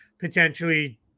potentially